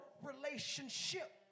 relationship